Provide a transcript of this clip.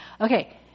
okay